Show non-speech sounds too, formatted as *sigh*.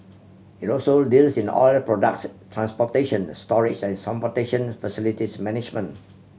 it also deals in oil products transportation storage and *unintelligible* facilities management